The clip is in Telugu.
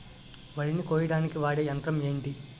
వరి ని కోయడానికి వాడే యంత్రం ఏంటి?